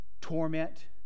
torment